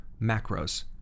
macros